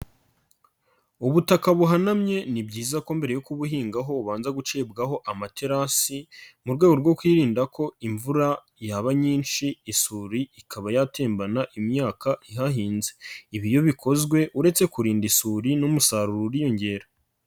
Ubutaka buhanamye ni byiza ko mbere yo kubuhingaho bubanza gucibwaho amaterasi, mu rwego rwo kwirinda ko imvura yaba nyinshi isuri ikaba yatembana imyaka ihahinze. Ibi iyo bikozwe, uretse kurinda isuri n'umusaruro uriyongera.